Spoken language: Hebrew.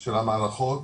של המערכות,